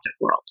world